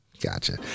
Gotcha